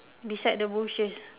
beside the bushes